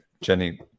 Jenny